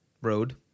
road